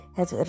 het